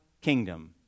kingdom